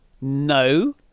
No